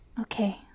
Okay